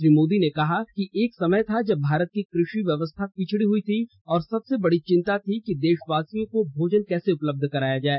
श्री मोदी ने कहा कि एक समय था जब भारत की कृषि व्यवस्था पिछड़ी हुई थी और सबसे बड़ी चिन्ता थी कि देशवासियों को भोजन कैसे उपलब्ध कराया जाये